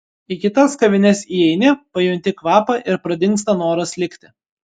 į kitas kavines įeini pajunti kvapą ir pradingsta noras likti